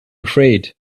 afraid